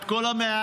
את כל ה-120,